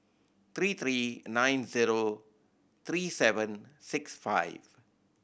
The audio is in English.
three three nine zero three seven six five